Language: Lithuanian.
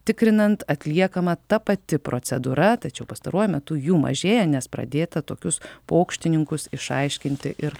tikrinant atliekama ta pati procedūra tačiau pastaruoju metu jų mažėja nes pradėta tokius pokštininkus išaiškinti ir